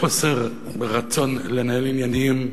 של חוסר רצון לנהל עניינים,